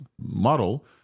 model